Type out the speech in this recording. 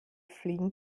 fliegen